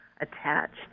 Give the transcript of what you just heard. attached